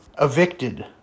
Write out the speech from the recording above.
Evicted